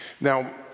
Now